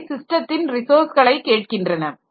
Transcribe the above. அவை ஸிஸ்டத்தின் ரிசோர்ஸ்களை கேட்கின்றன